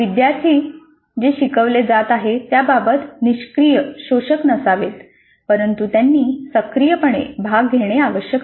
विद्यार्थी जे शिकवले जात आहे त्याबाबत निष्क्रीय शोषक नसावेत परंतु त्यांनी सक्रियपणे भाग घेणे आवश्यक आहे